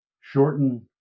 shorten